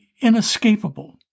inescapable